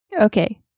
Okay